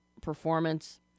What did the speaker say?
performance